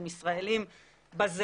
הם ישראליים בזהות,